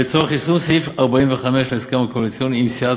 לצורך יישום סעיף 45 להסכם הקואליציוני עם סיעת